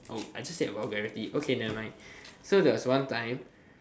oh I just said a vulgarity okay nevermind so there was one time